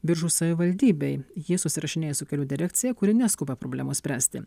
biržų savivaldybei ji susirašinėja su kelių direkcija kuri neskuba problemos spręsti